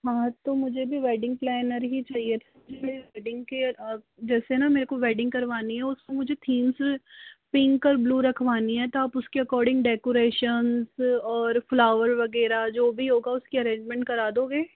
हाँ तो मुझे भी वैडिंग प्लैनर ही चाहिए वैडिंग के लिए जैसे न मेरे को वैडिंग करवानी है उसमे मुझे थीम्स पिंक और ब्लू रखवानी है तो आप उसके अकॉर्डिंग डेकोरेशन्स और फ़्लावर वगैरह जो भी होता है उसके अरेंजमेंट करा दोगे